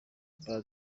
baza